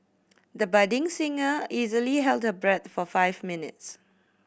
the budding singer easily held her breath for five minutes